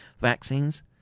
vaccines